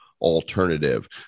alternative